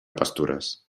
pastures